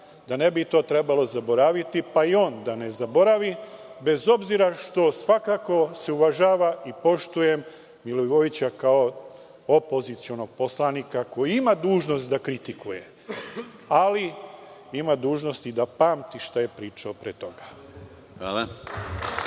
da ne bi to trebalo zaboraviti, pa i on da ne zaboravi, bez obzira što svakako uvažavam i poštujem Milivojevića kao opozicionog poslanika koji ima dužnost da kritikuje, ali ima dužnost i da pamti šta je pričao pre toga.